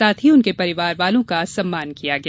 साथ ही उनके परिवार वालों का सम्मान किया गया